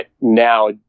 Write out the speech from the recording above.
now